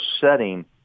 setting